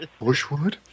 Bushwood